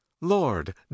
Lord